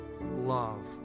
love